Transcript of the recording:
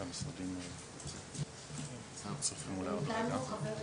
אתם איתנו חברים?